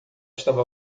estava